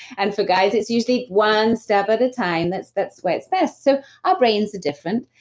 and for guys, it's usually one step at a time. that's that's where it's best. so our brains are different.